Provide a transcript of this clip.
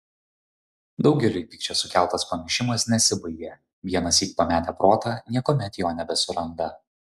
daugeliui pykčio sukeltas pamišimas nesibaigia vienąsyk pametę protą niekuomet jo nebesuranda